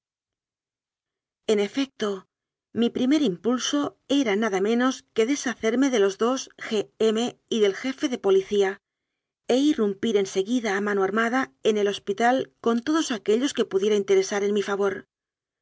en efecto mi primer impulso era nada menos que deshacerme de los dos g m y del jefe de policía e irrumpir en seguida a mano armada en el hospital con todos aquellos que pudiera in teresar en mi favor